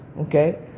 okay